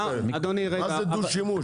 מה זה דו שימוש?